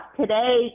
today